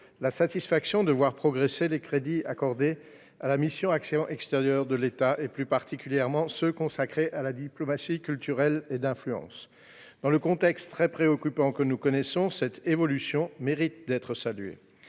la satisfaction de voir progresser les crédits accordés à la mission « Action extérieure de l'État », et plus particulièrement ceux qui sont consacrés à la diplomatie culturelle et d'influence. Dans le contexte très préoccupant que nous connaissons, cette évolution mérite d'être saluée.